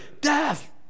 death